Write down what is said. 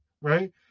right